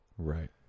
Right